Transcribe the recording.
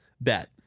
bet